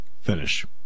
Finish